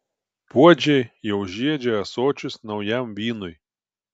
puodžiai jau žiedžia ąsočius naujam vynui